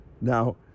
Now